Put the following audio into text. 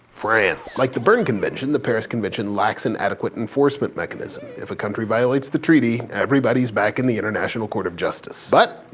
france. like the berne convention, the paris convention lacks an adequate enforcement mechanism. if a country violates the treaty, everybody's back in the international court of justice. but,